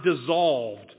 dissolved